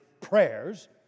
prayers